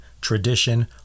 tradition